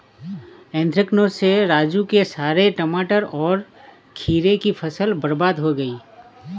anthracnose से राजू के सारे टमाटर और खीरे की फसल बर्बाद हो गई